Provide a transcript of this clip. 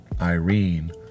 Irene